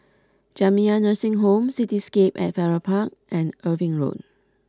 Jamiyah Nursing Home Cityscape at Farrer Park and Irving Road